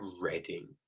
Reading